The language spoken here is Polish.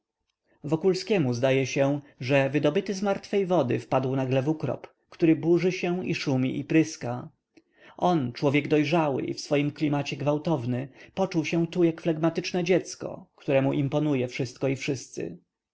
kiosków wokulskiemu zdaje się że wydobyty z martwej wody wpadł nagle w ukrop który burzy się i szumi i pryska on człowiek dojrzały i w swoim klimacie gwałtowny poczuł się tu jak flegmatyczne dziecko któremu imponuje wszystko i wszyscy